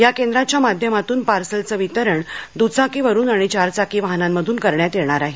या केंद्राच्या माधम्यातून पार्सलचे वितरण द्चाकीवरून आणि चार चाकी वाहनांमध्रन करण्यात येणार आहे